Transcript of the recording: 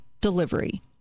delivery